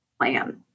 plan